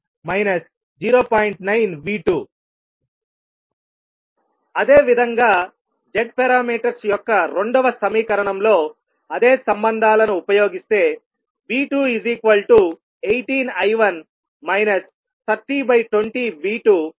9V2 అదేవిధంగా z parameters యొక్క రెండవ సమీకరణంలో అదే సంబంధాలను ఉపయోగిస్తే V218I1 3020V2I12